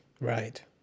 Right